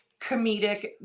comedic